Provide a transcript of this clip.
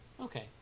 Okay